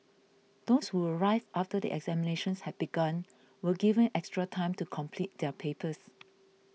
those who arrived after the examinations had begun were given extra time to complete their papers